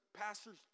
pastors